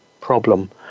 problem